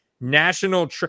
national